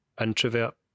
introvert